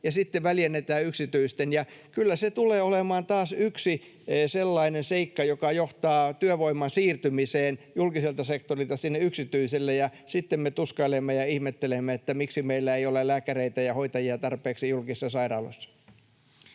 ja sitten väljennetään yksityisten. Kyllä se tulee olemaan taas yksi sellainen seikka, joka johtaa työvoiman siirtymiseen julkiselta sektorilta sinne yksityiselle, ja sitten me tuskailemme ja ihmettelemme, miksi meillä ei ole lääkäreitä ja hoitajia tarpeeksi julkisissa sairaaloissa.